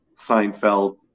Seinfeld